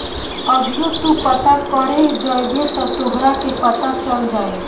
अभीओ तू पता करे जइब त तोहरा के पता चल जाई